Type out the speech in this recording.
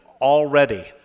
already